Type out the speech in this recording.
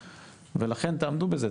לכן תעמדו בזה,